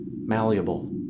malleable